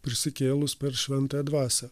prisikėlus per šventąją dvasią